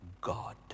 God